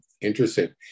interesting